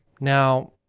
Now